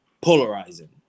polarizing